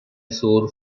sore